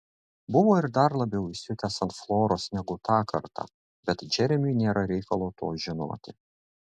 buvo ir dar labiau įsiutęs ant floros negu tą kartą bet džeremiui nėra reikalo to žinoti